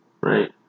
right